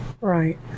Right